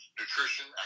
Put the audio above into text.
nutrition